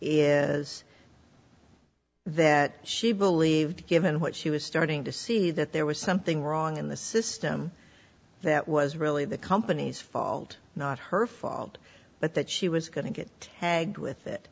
is that she believed given what she was starting to see that there was something wrong in the system that was really the company's fault not her fault but that she was going to get head with it